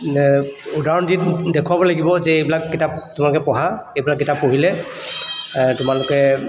উদাহৰণ দি দেখুৱাব লাগিব যে এইবিলাক কিতাপ তোমালোকে পঢ়া এইবিলাক কিতাপ পঢ়িলে তোমালোকে